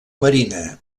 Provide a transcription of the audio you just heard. marina